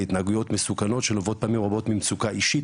להתנהגויות מסוכנות שנובעות פעמים רבות ממצוקה אישית,